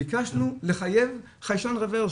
ביקשנו לחייב חיישן רוורס,